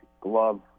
glove